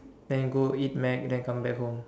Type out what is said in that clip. then go eat Mac then come back home